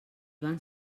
van